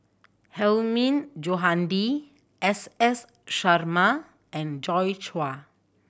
Hilmi Johandi S S Sarma and Joi Chua